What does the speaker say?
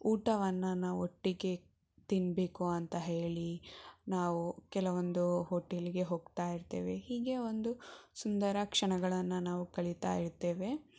ಊಟವನ್ನು ನಾನು ಒಟ್ಟಿಗೆ ತಿನ್ನಬೇಕು ಅಂತ ಹೇಳಿ ನಾವು ಕೆಲವೊಂದು ಹೋಟೆಲಿಗೆ ಹೋಗ್ತಾ ಇರ್ತೇವೆ ಹೀಗೆ ಒಂದು ಸುಂದರ ಕ್ಷಣಗಳನ್ನು ನಾವು ಕಳೀತಾ ಇರ್ತೇವೆ